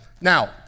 Now